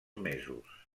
mesos